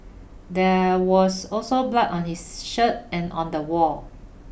there was also blood on his shirt and on the wall